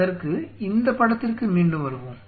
அதற்கு இந்தப் படத்திற்கு மீண்டும் வருகிறோம்